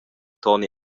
toni